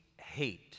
hate